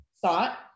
thought